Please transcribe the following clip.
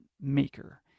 maker